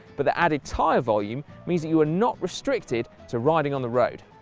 but, the added tyre volume means that you are not restricted to riding on the road,